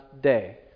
day